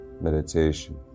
meditation